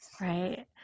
right